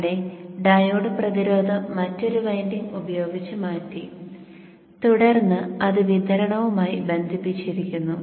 അവിടെ ഡയോഡ് പ്രതിരോധം മറ്റൊരു വൈൻഡിംഗ് ഉപയോഗിച്ച് മാറ്റി തുടർന്ന് അത് വിതരണവുമായി ബന്ധിപ്പിച്ചിരിക്കുന്നു